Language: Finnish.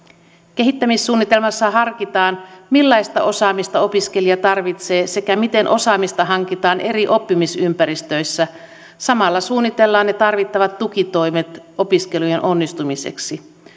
kehittämissuunnitelmassa harkitaan millaista osaamista opiskelija tarvitsee sekä miten osaamista hankitaan eri oppimisympäristöissä samalla suunnitellaan tarvittavat tukitoimet opiskelujen onnistumiseksi